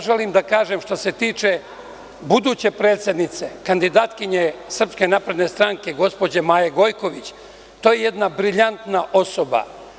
Želim da kažem, što se tiče buduće predsednice, kandidatkinje SNS, gospođe Maje Gojković, to je jedna brilijantna osoba.